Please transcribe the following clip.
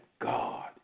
God